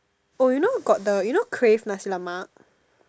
oh you know got the you know crave Nasi-Lemak